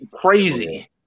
crazy